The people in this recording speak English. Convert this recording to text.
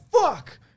fuck